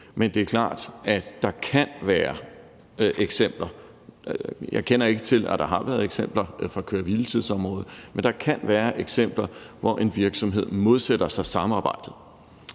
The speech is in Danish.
Men det er klart, at der kan være andre eksempler. Jeg kender ikke til, at der har været eksempler fra køre-hvile-tids-området, men der kan være eksempler, hvor en virksomhed modsætter sig samarbejdet.